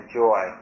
joy